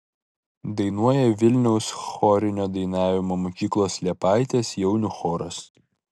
dainuoja vilniaus chorinio dainavimo mokyklos liepaitės jaunių choras